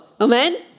Amen